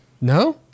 No